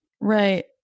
Right